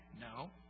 No